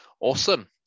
awesome